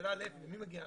השאלה למי מגיע.